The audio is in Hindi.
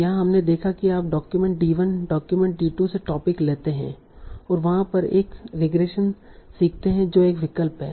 यहाँ हमने देखा कि आप डॉक्यूमेंट d1 डॉक्यूमेंट d2 से टोपिक लेते हैं और वहाँ पर एक रिग्रेशन सीखते हैं जो एक विकल्प है